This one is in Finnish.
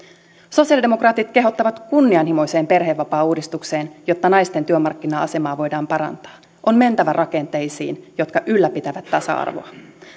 sosialidemokraatit kehottavat kunnianhimoiseen perhevapaauudistukseen jotta naisten työmarkkina asemaa voidaan parantaa on mentävä rakenteisiin jotka ylläpitävät epätasa arvoa